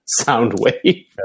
Soundwave